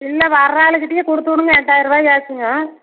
இல்லை வர ஆளுகிட்டையே கொடுத்து விடுங்க எட்டாயிரருவாய் ஆச்சுங்க